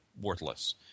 worthless